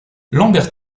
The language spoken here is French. lambert